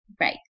Right